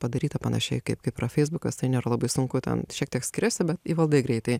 padaryta panašiai kaip kaip yra feisbukas tai nėra labai sunku ten šiek tiek skiriasi bet įvaldai greitai